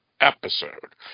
episode